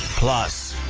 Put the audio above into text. plus,